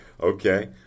Okay